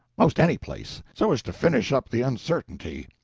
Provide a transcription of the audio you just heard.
most any place, so as to finish up the uncertainty.